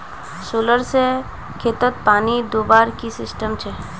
Solar से खेतोत पानी दुबार की सिस्टम छे?